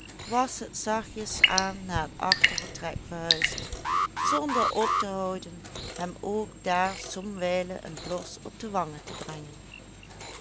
was het zachtjes aan naar het achtervertrek verhuisd zonder op te houden hem ook daar somwijlen een blos op de wangen te brengen